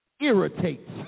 irritates